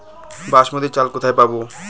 বাসমতী চাল কোথায় পাবো?